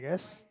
yes